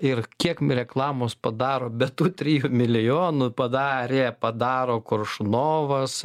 ir kiek reklamos padaro be tų trijų milijonų padarė padaro koršunovas